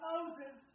Moses